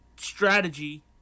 strategy